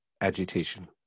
agitation